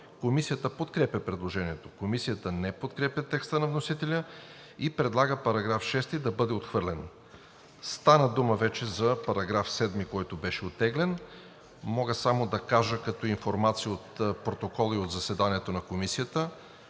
Комисията подкрепя предложението. Комисията не подкрепя текста на вносителя и предлага § 6 да бъде отхвърлен. Стана дума вече за § 7, който беше оттеглен. Мога само да кажа като информация от протокола и от заседанието на Комисията